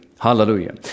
Hallelujah